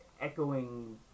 echoing